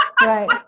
right